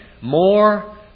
more